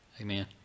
Amen